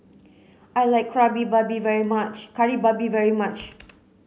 I like Babi very much Kari Babi very much